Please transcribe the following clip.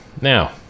Now